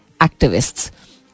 activists